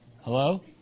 Hello